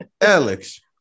Alex